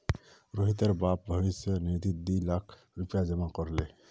रोहितेर बाप भविष्य निधित दी लाख रुपया जमा कर ले